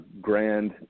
grand